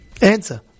Answer